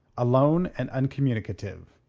alone and uncommunicative.